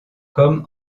comme